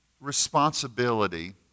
responsibility